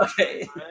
Okay